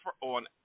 on